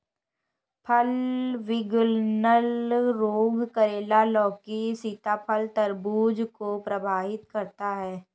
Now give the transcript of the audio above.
फल विगलन रोग करेला, लौकी, सीताफल, तरबूज को प्रभावित करता है